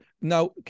now